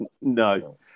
no